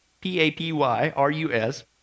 P-A-P-Y-R-U-S